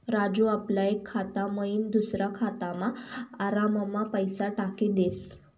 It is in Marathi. राजू आपला एक खाता मयीन दुसरा खातामा आराममा पैसा टाकी देस